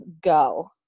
go